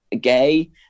gay